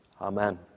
Amen